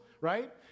right